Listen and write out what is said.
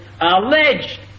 alleged